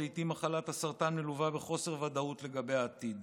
לעיתים מחלת הסרטן מלווה בחוסר ודאות לגבי העתיד.